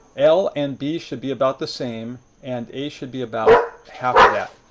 l and b should be about the same, and a should be about half of that,